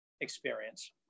experience